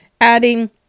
adding